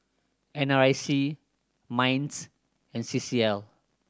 N R I C MINDS and C C L